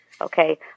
okay